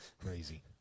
crazy